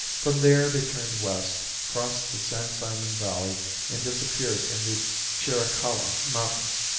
from there they turned west, crossed the san simon valley and disappeared in the chiricahua mountains.